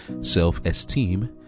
self-esteem